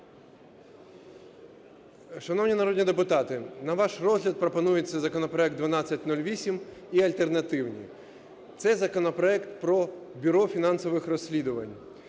Шановні народні депутати, на ваш розгляд пропонується законопроект 1208 і альтернативні. Цей законопроект про Бюро фінансових розслідувань.